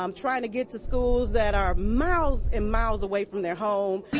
um trying to get to schools that are miles and miles away from their home.